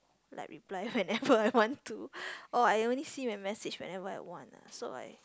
like reply whenever I want to or I only see my message whenever I want ah so I